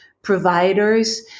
providers